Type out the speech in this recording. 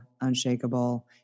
unshakable